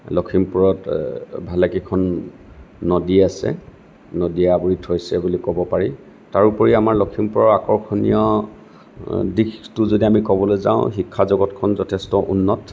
লখিমপুৰত ভালেকেইখন নদী আছে নদীয়ে আৱৰি থৈছে বুলি ক'ব পাৰি তাৰোপৰি আমাৰ লখিমপুৰৰ আকৰ্ষণীয় দিশটো যদি আমি ক'বলৈ যাওঁ শিক্ষা জগতখন যথেষ্ট উন্নত